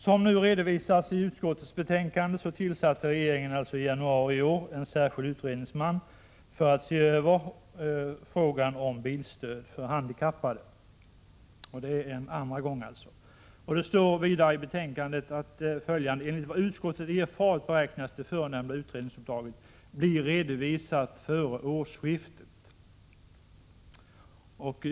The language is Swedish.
Som redovisas i utskottets betänkande tillsatte regeringen i januari i år en särskild utredningsman för att se över frågan om bilstöd för handikappade. Det är således andra gången det sker. I utskottets betänkande står följande: ”Enligt vad utskottet erfarit beräknas det förenämnda utredningsuppdraget bli redovisat före årsskiftet.